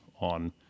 on